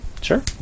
sure